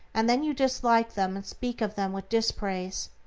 and then you dislike them and speak of them with dispraise,